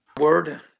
word